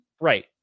Right